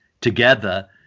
together